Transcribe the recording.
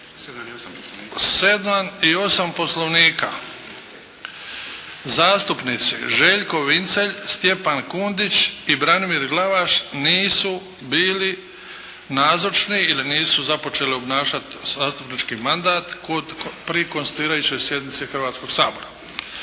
7. i 8. Poslovnika zastupnici Željko Vincelj, Stjepan Kundić i Branimir Glavaš nisu bili nazočni ili nisu započeli obnašati zastupnički mandat pri konstituirajućoj sjednici Hrvatskog sabora.